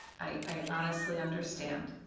i honestly understand